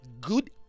good